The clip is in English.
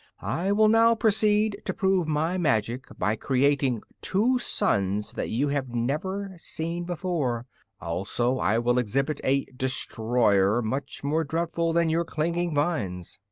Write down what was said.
i will now proceed to prove my magic by creating two suns that you have never seen before also i will exhibit a destroyer much more dreadful than your clinging vines.